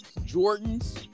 Jordans